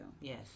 Yes